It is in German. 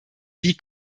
wie